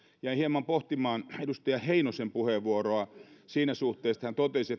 jäin hieman pohtimaan edustaja heinosen puheenvuoroa siinä suhteessa kun hän totesi